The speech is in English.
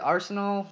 Arsenal